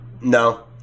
No